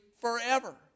forever